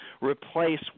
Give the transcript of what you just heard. replace